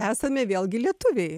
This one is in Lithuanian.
esame vėlgi lietuviai